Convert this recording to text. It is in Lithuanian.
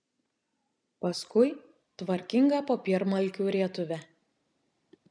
paskui tvarkingą popiermalkių rietuvę